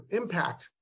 impact